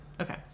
Okay